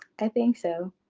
i think so.